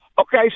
Okay